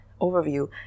overview